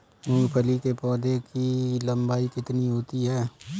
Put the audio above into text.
मूंगफली के पौधे की लंबाई कितनी होती है?